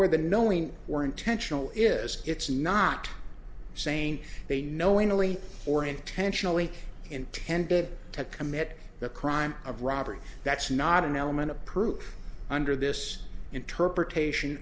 where the knowing were intentional is it's not saying they knowingly or intentionally intended to commit the crime of robbery that's not an element of proof under this interpretation